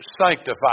sanctified